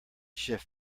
shift